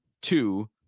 two